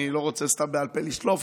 אני לא רוצה סתם בעל פה לשלוף,